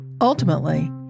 Ultimately